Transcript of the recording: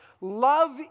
Love